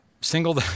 single